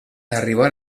arribar